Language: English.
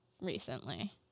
recently